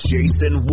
Jason